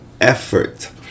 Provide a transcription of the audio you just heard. effort